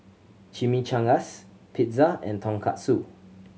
Chimichangas Pizza and Tonkatsu